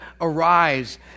arise